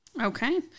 Okay